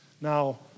Now